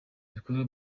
ibikorwa